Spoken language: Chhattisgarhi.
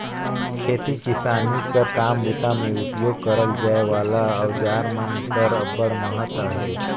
खेती किसानी कर काम बूता मे उपियोग करल जाए वाला अउजार मन कर अब्बड़ महत अहे